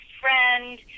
friend